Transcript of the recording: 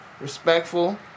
respectful